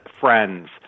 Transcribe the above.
friends